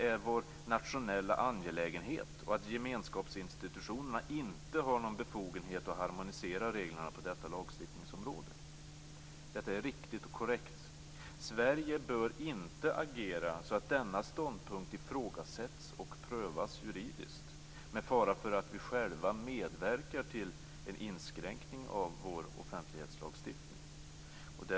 Datainspektionen fick ett brett uppdrag om att göra en översyn av 33 §. Det som nu kommer att remisshanteras är en betydligt snävare del än vad som ingick i det uppdrag som regeringen gav. Detta uppdrag var heltäckande medan svaret var begränsat. Det är denna del som jag finner anledning att uppmärksamma.